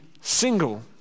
single